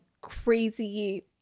crazy